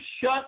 shut